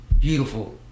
beautiful